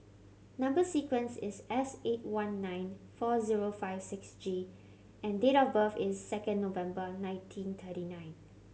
number sequence is S eight one nine four zero five six G and date of birth is second November nineteen thirty nine